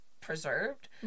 preserved